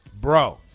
bro